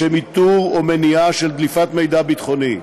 לשם איתור או מניעה של דליפת מידע ביטחוני.